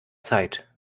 zeit